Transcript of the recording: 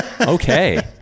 Okay